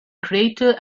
greater